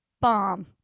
bomb